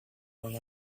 run